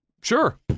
Sure